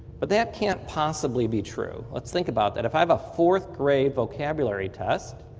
but that can't possibly be true. let's think about that. if i have a fourth grade vocabulary test,